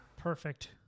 Perfect